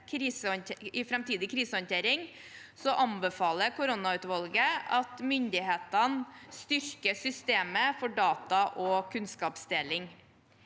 i framtidig krisehåndtering anbefaler koronautvalget at myndighetene styrker systemet for data- og kunnskapsdeling.